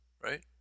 right